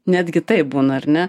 netgi taip būna ar ne